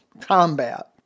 combat